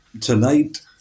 Tonight